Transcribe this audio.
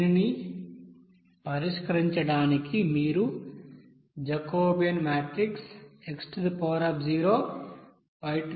దీనిని పరిష్కరించడానికి మీరు జాకోబియన్ మాట్రిక్ x y